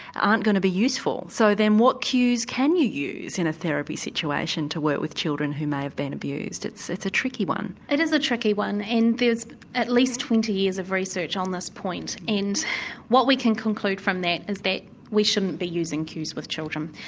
aren't going to be useful. so then what cues can you use in a therapy situation to work with children who may have been abused? it's it's a tricky one. it is a tricky one and there's at least twenty years of research on this point and what we can conclude from that is that we shouldn't be using cues with children.